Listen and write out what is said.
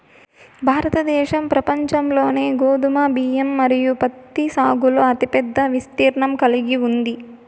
భారతదేశం ప్రపంచంలోనే గోధుమ, బియ్యం మరియు పత్తి సాగులో అతిపెద్ద విస్తీర్ణం కలిగి ఉంది